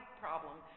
problem